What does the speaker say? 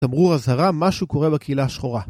תמרור אזהרה, משהו קורה לקהילה השחורה